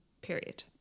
Period